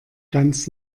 ganz